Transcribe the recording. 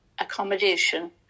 accommodation